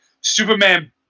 Superman